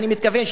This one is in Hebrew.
אני מתכוון,